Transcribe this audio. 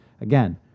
Again